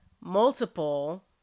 multiple